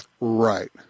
Right